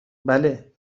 بله